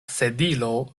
sedilo